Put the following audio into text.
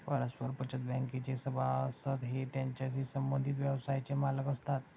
परस्पर बचत बँकेचे सभासद हे त्याच्याशी संबंधित व्यवसायाचे मालक असतात